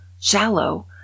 shallow